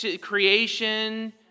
creation